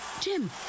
Jim